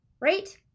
Right